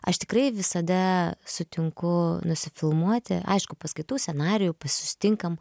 aš tikrai visada sutinku nusifilmuoti aišku paskaitau scenarijų susitinkam